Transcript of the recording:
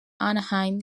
anaheim